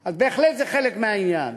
אז בהחלט זה חלק מהעניין.